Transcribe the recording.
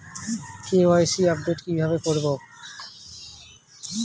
KYC update কি ভাবে করবো?